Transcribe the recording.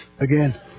again